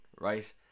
right